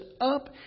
up